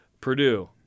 Purdue